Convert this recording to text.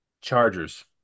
Chargers